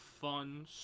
fun